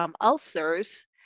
ulcers